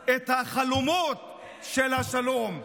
את החלומות של השלום,